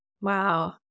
Wow